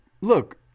look